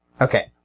Okay